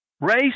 Race